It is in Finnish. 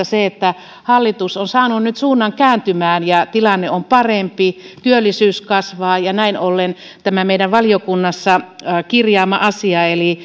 se että hallitus on saanut nyt suunnan kääntymään ja tilanne on parempi työllisyys kasvaa ja näin ollen kuten meillä valiokunnassa on asia